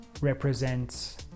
represents